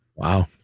Wow